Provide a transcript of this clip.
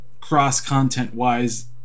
cross-content-wise